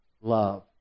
love